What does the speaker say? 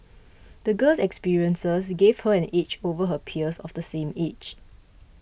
the girl's experiences gave her an edge over her peers of the same age